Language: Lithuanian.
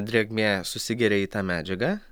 drėgmė susigeria į tą medžiagą